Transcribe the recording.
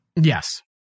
Yes